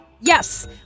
Yes